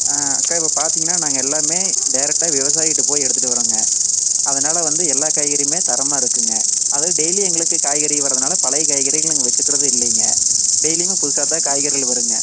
sir இப்போ பார்த்தீங்கன்னா நாங்கள் எல்லாருமே டேரக்ட்டாக விவசாயிகிட்ட போய் எடுத்துட்டு வரோங்க அதனால் வந்து எல்லா காய்கறியுமே தரமாக இருக்குங்க அதாவது டெய்லி எங்களுக்கு காய்கறி வரதுனால பழைய காய்கறியை நாங்கள் வச்சுக்கிறதே இல்லைங்க டெய்லியுமே புதுசாகதான் காய்கறிகள் வருங்க